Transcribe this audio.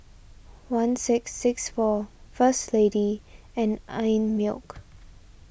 one six six four First Lady and Einmilk